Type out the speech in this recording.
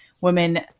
Women